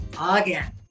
again